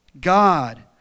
God